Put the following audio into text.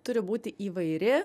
turi būti įvairi